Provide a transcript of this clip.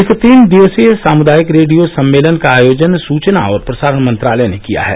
इस तीन दिवसीय सामुदायिक रेडियो सम्मेलन का आयोजन सूचना और प्रसारण मंत्रालय ने किया है